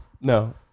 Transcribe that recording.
No